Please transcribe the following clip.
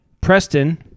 preston